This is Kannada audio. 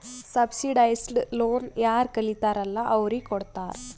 ಸಬ್ಸಿಡೈಸ್ಡ್ ಲೋನ್ ಯಾರ್ ಕಲಿತಾರ್ ಅಲ್ಲಾ ಅವ್ರಿಗ ಕೊಡ್ತಾರ್